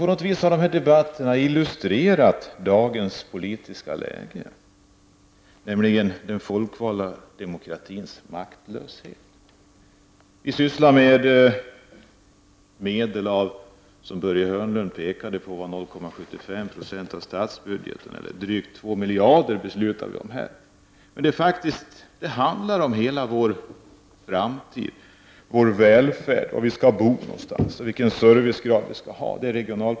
På något vis har de här debatterna brukat illustrera dagens politiska läge, nämligen den folkvalda demokratins maktlöshet. De medel som vi här beslutar om utgör 0,75 96 av statsbudgeten, som Börje Hörnlund påpekade, eller drygt 2 miljarder. Regionalpolitiken handlar om hela vår framtid och vår välfärd — var vi skall bo och vilken servicegrad vi skall ha.